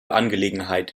angelegenheit